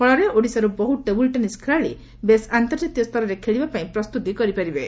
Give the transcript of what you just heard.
ଫଳରେ ଓଡ଼ିଶାରୁ ବହୁ ଟେବୁଲ୍ ଟେନିସ୍ ଖେଳାଳି ବେଶ୍ ଅନ୍ତର୍କାତୀୟ ସ୍ତରେ ଖେଳିବାପାଇଁ ପ୍ରସ୍ତୁତି କରିପାରିବେ